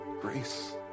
grace